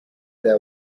their